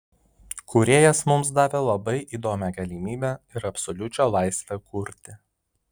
kūrėjas mums davė labai įdomią galimybę ir absoliučią laisvę kurti